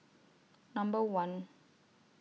Number one